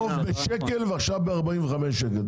--- עוף בשקל ועכשיו בארבעים וחמישה שקלים,